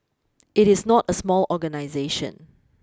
it is not a small organisation